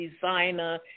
designer